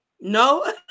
No